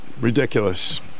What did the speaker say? ridiculous